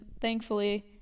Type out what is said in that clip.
thankfully